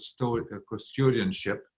custodianship